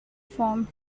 forms